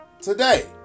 today